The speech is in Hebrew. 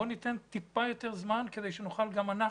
בואו ניתן טיפה יותר זמן כדי שנוכל גם אנחנו,